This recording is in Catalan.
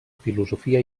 filosofia